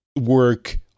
work